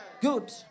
Good